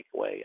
takeaway